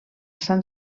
sant